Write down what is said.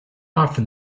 often